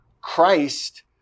Christ